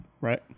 right